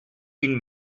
vint